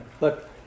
Look